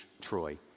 Troy